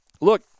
Look